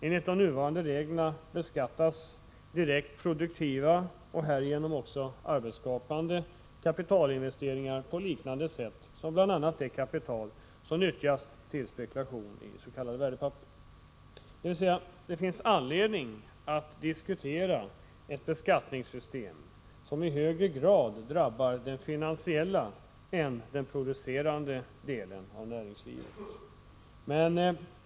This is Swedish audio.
Enligt de nuvarande reglerna beskattas direkt produktiva och härigenom arbetsskapande kapitalinvesteringar på liknande sätt som det kapital som nyttjas till spekulation i s.k. värdepapper. Det finns alltså anledning att diskutera ett beskattningssystem som i högre grad drabbar den finansiella sektorn än den producerande delen av näringslivet.